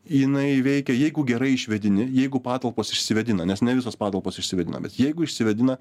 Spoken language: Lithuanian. jinai veikia jeigu gerai išvėdini jeigu patalpos išsivėdina nes ne visos patalpos išsivėdina bet jeigu išsivėdina